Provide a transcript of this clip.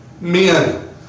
Men